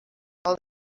all